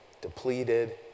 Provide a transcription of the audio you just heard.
depleted